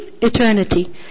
Eternity